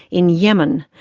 in yemen.